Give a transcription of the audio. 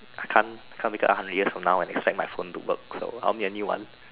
I can't can't wake up a hundred years from now and expect my phone to work so I'll need a new one